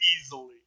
easily